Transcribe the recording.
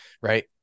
Right